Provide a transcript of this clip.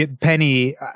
Penny